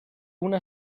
una